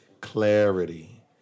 Clarity